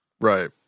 Right